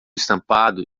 estampado